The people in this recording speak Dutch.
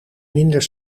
minder